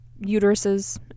uteruses